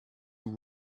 who